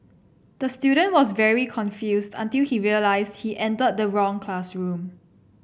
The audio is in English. the student was very confused until he realised he entered the wrong classroom